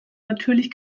natürlich